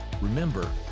Remember